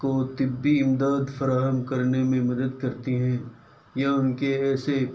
کو طبّی امداد فراہم کرنے میں مدد کرتی ہیں یا ان کے ایسے